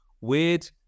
weird